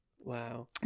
Wow